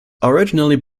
originally